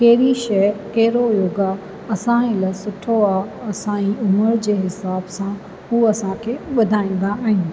कहिड़ी शइ कहिड़ो योगा असां जे लाइ सुठो आहे असां जी उमिरि जे हिसाब सां हू असां खे ॿुधाईंदा आहिनि